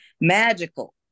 Magical